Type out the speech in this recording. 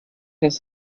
das